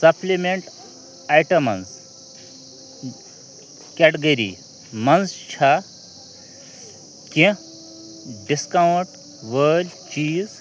supplement items category مَنٛز چھا کیٚنٛہہ ڈسکاونٛٹ وٲلۍ چیٖز